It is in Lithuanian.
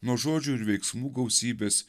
nuo žodžių ir veiksmų gausybės